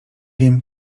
wiem